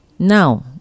Now